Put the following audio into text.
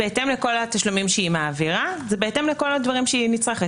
בהתאם לכל התשלומים שהיא מעבירה זה בהתאם לכל הדברים שהיא נצרכת,